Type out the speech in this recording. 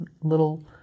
little